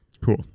Cool